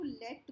let